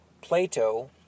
Plato